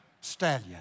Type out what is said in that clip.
stallion